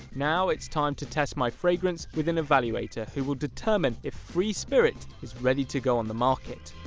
now it's time to test my fragrance with an evaluator who will determine if free spirit is ready to go on the market.